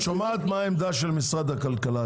--- את שומעת מה העמדה של משרד הכלכלה,